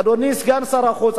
אדוני סגן שר החוץ,